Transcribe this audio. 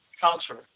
culture